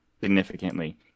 significantly